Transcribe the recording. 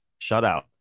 shutout